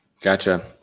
Gotcha